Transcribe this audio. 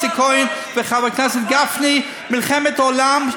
אני ואיציק כהן וחבר הכנסת גפני מלחמת עולם,